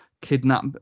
kidnap